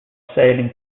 sailing